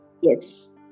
Yes